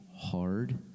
hard